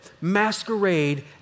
masquerade